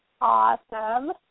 Awesome